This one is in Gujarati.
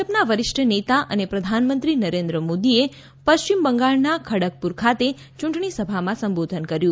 ભાજપના વરિષ્ઠ નેતા અને પ્રધાનમંત્રી નરેન્દ્ર મોદીએ પશ્ચિમ બંગાળના ખડગપુર ખાતે ચૂંટણી સભાને સંબોધન કર્યું